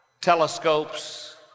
telescopes